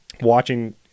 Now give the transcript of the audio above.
watching